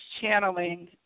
channeling